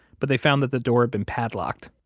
but they found that the door had been padlocked.